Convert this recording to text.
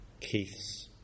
Keith's